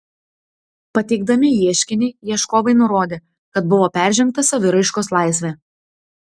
pateikdami ieškinį ieškovai nurodė kad buvo peržengta saviraiškos laisvė